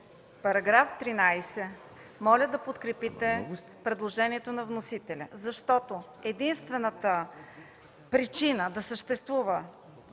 Параграф 13, моля да подкрепите предложението на вносителя, защото единствената причина да съществува